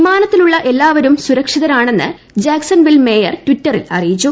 വിമാനത്തിലുള്ള എല്ലാവരും സുരക്ഷിതരാണെന്ന് Jacksonville mayor ട്വിറ്ററിൽ അറിയിച്ചു